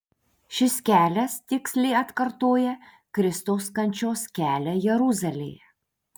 šis kelias tiksliai atkartoja kristaus kančios kelią jeruzalėje